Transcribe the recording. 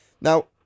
Now